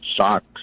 socks